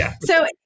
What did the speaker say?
So-